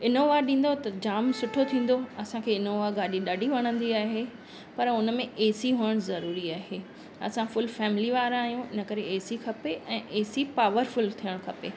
Innova ॾींदो त जाम सुठो थींदो असांखे इनोवा गाॾी ॾाढी वणंदी आहे पर उनमें एसी हुअण ज़रूरी आहे असां फुल फैमिली वारा आहियूं इन करे एसी खपे ऐं एसी पावरफुल थियणु खपे